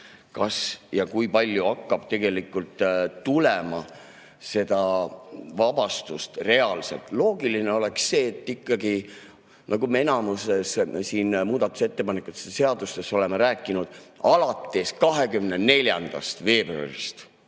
Kas ja kui palju hakkab tegelikult tulema seda vabastust reaalselt? Loogiline oleks, et ikkagi, nagu me enamikus seaduste muudatusettepanekutes oleme rääkinud, alates 24. veebruarist